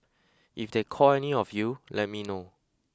if they call any of you let me know